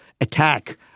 attack